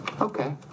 Okay